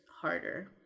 harder